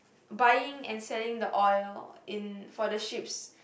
buying and selling the oil and for the ships